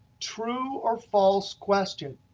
true or false question,